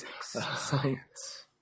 science